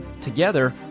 Together